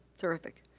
terrific.